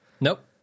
Nope